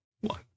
one